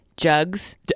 Jugs